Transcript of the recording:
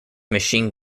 machine